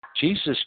Jesus